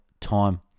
time